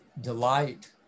delight